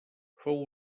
fou